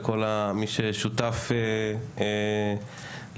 לכל מי ששותף לחוק,